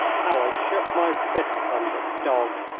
how i shook my fist at them, the dogs,